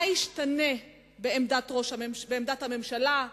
מה השתנה בעמדת הממשלה,